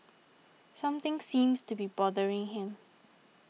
something seems to be bothering him